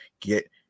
get